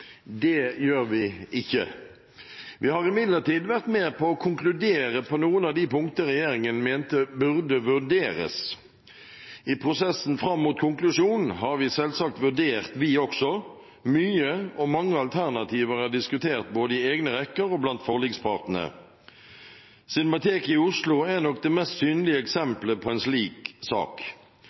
Det gjør vi ikke. Vi har imidlertid vært med på å konkludere på noen av de punktene regjeringen mente burde vurderes. I prosessen fram mot konklusjon har også vi selvsagt vurdert mye, og mange alternativer er diskutert både i egne rekker og blant forlikspartene. Cinemateket i Oslo er nok det mest synlige eksempelet på en slik sak.